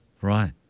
Right